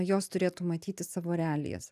jos turėtų matyti savo realijas